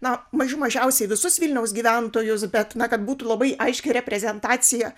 na mažų mažiausiai visus vilniaus gyventojus bet na kad būtų labai aiški reprezentacija